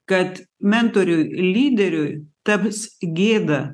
kad mentoriui lyderiui taps gėda